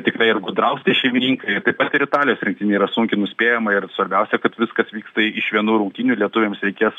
tikrai ir gudraus tie šeimininkai ir taip pat ir italijos rinktinė yra sunkiai nuspėjama ir svarbiausia kad viskas vyksta iš vienų rungtynių lietuviams reikės